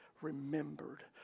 remembered